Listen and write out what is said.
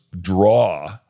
draw